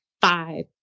five